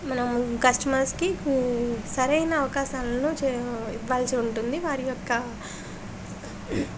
మనం కస్టమర్స్కి సరైన అవకాశాలను చే ఇవ్వాల్సి ఉంటుంది వారి యొక్క